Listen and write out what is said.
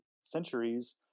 centuries